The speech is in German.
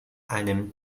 einem